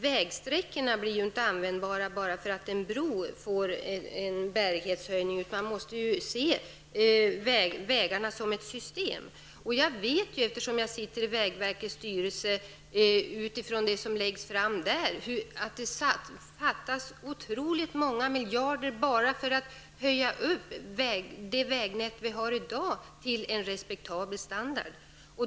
Vägsträckorna blir ju inte användbara bara därför att en bro får en bärighetshöjning, utan man måste se vägarna som ett system. Eftersom jag sitter i vägverkets styrelse vet jag att det fattas otroligt många miljarder bara för att förbättra det vägnät som vi har i dag till en respektabel standard.